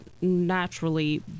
naturally